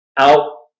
out